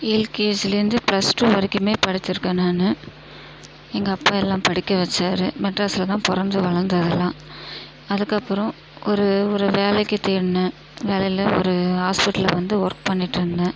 எல்கேஜியிலேருந்து plus two வரைக்கும் படிச்சிருக்கேன் நான் எங்கள் அப்பா எல்லாம் படிக்க வச்சார் மெட்ராஸில்தான் பிறந்து வளர்ந்ததலாம் அதுக்கப்புறம் ஒரு ஒரு வேலைக்கு தேடினேன் வேலையில் ஒரு ஹாஸ்பிட்டலில் வந்து ஒர்க் பண்ணிட்டுருந்தேன்